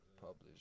published